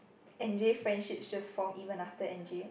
Anjib friendship just form even after Anjib